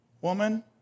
Woman